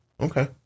Okay